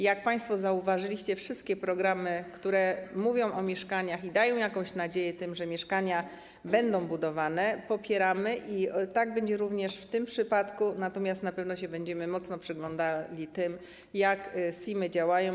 Jak państwo zauważyliście wszystkie programy, które mówią o mieszkaniach i dają jakąś nadzieję, że mieszkania będą budowane, popieramy i tak będzie również w tym przypadku, natomiast na pewno będziemy się mocno przyglądali temu, jak te SIM-y działają.